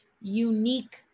unique